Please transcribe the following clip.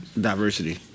Diversity